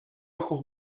ojos